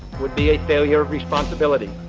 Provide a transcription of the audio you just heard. would be a failure of responsibility